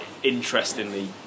Interestingly